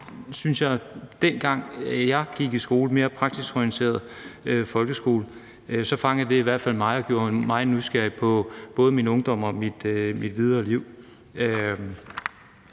dengang jeg gik i skole, også mere praktisk orienterede folkeskole, fangede det i hvert fald mig og gjorde mig nysgerrig på både min ungdom om mit videre liv,